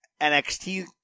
NXT